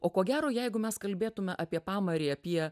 o ko gero jeigu mes kalbėtume apie pamarį apie